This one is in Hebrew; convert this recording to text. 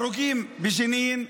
הרוגים בג'נין,